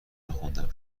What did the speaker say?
میخوندم